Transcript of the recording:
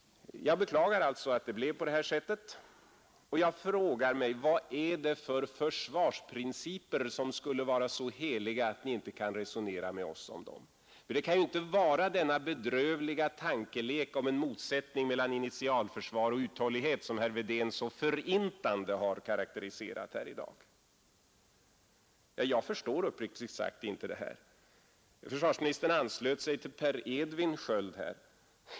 Jag beklagar alltså att det blev på detta sätt, och jag frågar mig: Vad är det för försvarsprinciper som skulle vara så heliga att ni inte kan resonera med oss om dem? Det kan ju inte vara denna bedrövliga tankelek om en motsättning mellan initialförsvar och uthållighet, som herr Wedén så förintande har karakteriserat här i dag. Jag förstår uppriktigt sagt inte detta. Försvarsministern anslöt sig till Per Edvin Sköld.